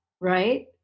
right